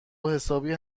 حسابی